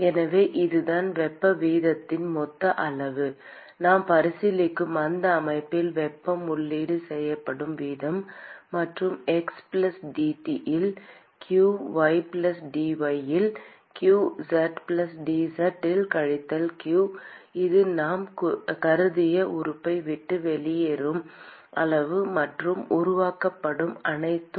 எனவே அதுதான் வெப்ப வீதத்தின் மொத்த அளவு நாம் பரிசீலிக்கும் அந்த அமைப்பில் வெப்பம் உள்ளீடு செய்யப்படும் வீதம் மற்றும் xdx இல் q ydy இல் q zdz இல் கழித்தல் q இது நாம் கருதிய உறுப்பை விட்டு வெளியேறும் அளவு மற்றும் உருவாக்கப்படும் அனைத்தும்